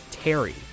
Terry